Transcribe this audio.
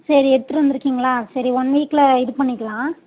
சரி எடுத்துகிட்டு வந்துருக்கீங்களா சரி ஒன் வீக்கில் இது பண்ணிக்கலாம்